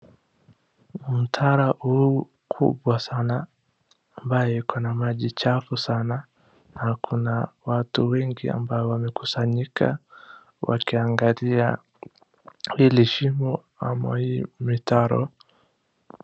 Mtaro huu kubwa sana ambaye iko na maji chafu sana kuna watu wengi ambao wamekusanyika wakiangalia hili shimo ama hii mitaro.